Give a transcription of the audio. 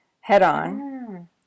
head-on